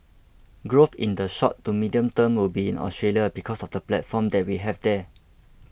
growth in the short to medium term will be in Australia because of the platform that we have here